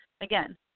again